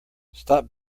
stop